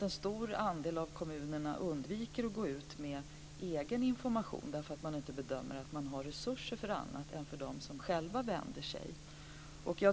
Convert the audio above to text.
En stor andel av kommunerna undviker att gå ut med egen information därför att de bedömer att de inte har resurser för andra än för dem som själva vänder sig till kommunen.